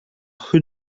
rue